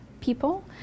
people